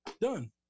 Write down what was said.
done